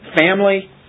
family